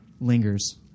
lingers